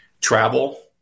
Travel